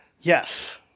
Yes